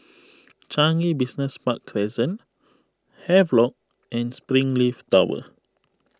Changi Business Park Crescent Havelock and Springleaf Tower